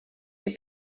die